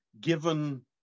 given